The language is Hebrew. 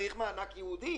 צריך מענק ייעודי